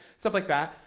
stuff like that.